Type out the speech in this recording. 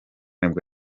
nibwo